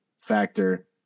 factor